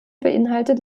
beinhaltet